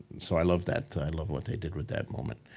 so, i love that. i love what they did with that moment.